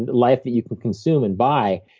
and life that you can consume and buy,